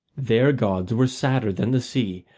their gods were sadder than the sea,